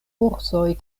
ursoj